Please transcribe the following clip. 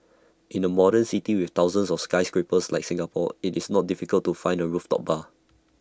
in A modern city with thousands of skyscrapers like Singapore IT is not difficult to find A rooftop bar